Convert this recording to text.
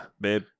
babe